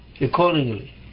accordingly